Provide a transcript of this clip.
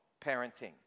parenting